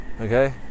okay